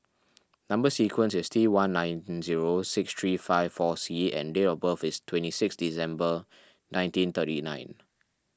Number Sequence is T one nine zero six three five four C and date of birth is twenty six December nineteen thirty nine